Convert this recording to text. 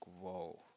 whoa